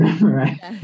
right